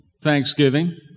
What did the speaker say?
Thanksgiving